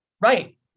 Right